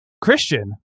christian